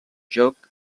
joc